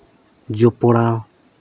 ᱡᱚᱯᱲᱟᱣ